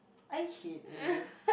I hate you